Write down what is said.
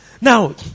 now